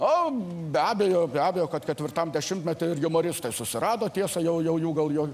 nu be abejo be abejo kad ketvirtam dešimtmety ir jumoristai susirado tiesa jau jau jų gal jo